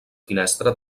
finestra